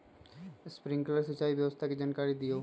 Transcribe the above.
Sprinkler सिंचाई व्यवस्था के जाकारी दिऔ?